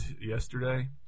yesterday